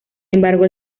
embargo